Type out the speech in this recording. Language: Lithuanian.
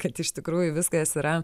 kad iš tikrųjų viskas yra